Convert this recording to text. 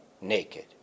naked